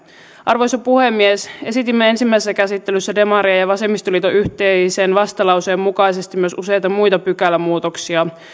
arvoisa puhemies esitimme ensimmäisessä käsittelyssä demarien ja vasemmistoliiton yhteisen vastalauseen mukaisesti myös useita muita pykälämuutoksia